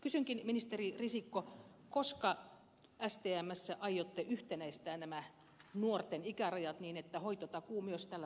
kysynkin ministeri risikko koska stmssä aiotte yhtenäistää nämä nuorten ikärajat niin että hoitotakuu myös tällä puolella toteutuu